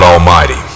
Almighty